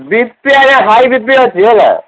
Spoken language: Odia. ବି ପି ଆଜ୍ଞା ହାଇ ବି ପି ଅଛି ହେଲା